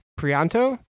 Prianto